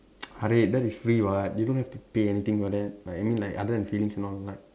Harid that is free what you don't have to pay anything for that like I mean like other than feelings and all like